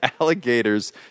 alligators